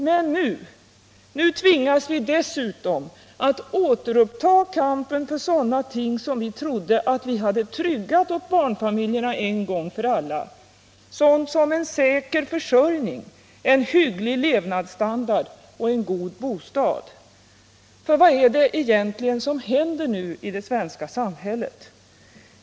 Men nu tvingas vi därtill att återuppta kampen för sådana ting som vi trodde att vi hade tryggat åt barnfamiljerna en gång för alla: en säker försörjning, en hygglig levnadsstandard och en god bostad. För vad är det egentligen som händer i det svenska samhället?